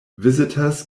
visitors